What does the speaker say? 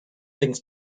things